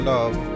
Love